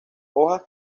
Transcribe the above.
hojas